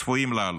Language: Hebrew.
צפויים לעלות.